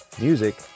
Music